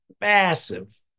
massive